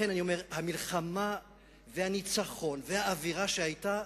לכן אני אומר: המלחמה והניצחון והאווירה שהיתה,